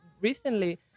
recently